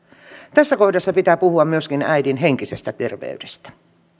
tässä kohdassa pitää puhua myöskin äidin henkisestä terveydestä